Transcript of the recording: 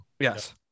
Yes